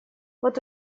вот